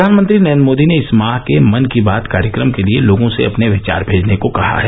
प्रधानमंत्री नरेन्द्र मोदी ने इस माह के मन की बात कार्यक्रम के लिए लोगों से अपने विचार भेजने को कहा है